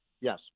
Yes